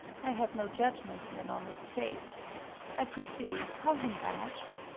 i have no judgement in an honest face i pr'ythee, call him back.